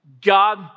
God